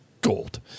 gold